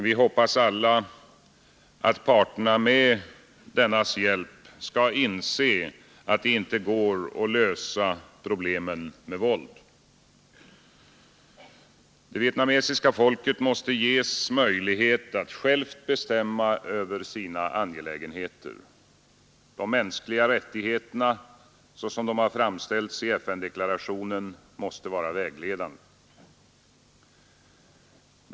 Vi hoppas alla att parterna med dennas hjälp skall inse att det inte går att lösa problemen med våld. Det vietnamesiska folket måste ges möjlighet att självt bestämma över sina angelägenheter. De mänskliga rättigheterna såsom de framställs i FN-deklarationen måste vara vägledande.